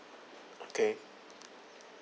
okay